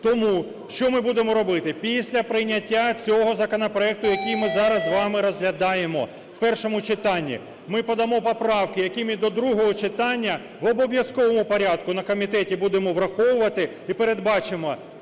Тому, що ми будемо робити: після прийняття цього законопроекту, який ми зараз з вами розглядаємо в першому читанні, ми подамо поправки, які ми до другого читання в обов'язковому порядку на комітеті будемо враховувати, і передбачимо